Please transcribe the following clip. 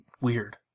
weird